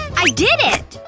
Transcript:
i did it!